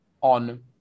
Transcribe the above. on